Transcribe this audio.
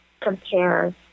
compare